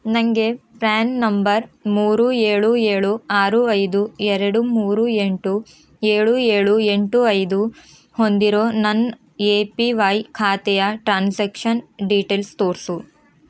ನನಗೆ PAN number ಮೂರು ಏಳು ಏಳು ಆರು ಐದು ಎರಡು ಮೂರು ಎಂಟು ಏಳು ಏಳು ಎಂಟು ಐದು ಹೊಂದಿರೋ ನನ್ನ ಎ ಪಿ ವೈ ಖಾತೆಯ ಟ್ರಾನ್ಜ್ಯಾಕ್ಶನ್ ಡೀಟೇಲ್ಸ್ ತೋರಿಸು